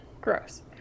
Gross